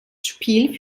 spiel